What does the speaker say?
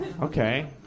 Okay